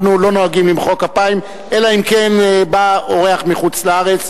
אנחנו לא נוהגים למחוא כפיים אלא אם כן בא אורח מחוץ-לארץ,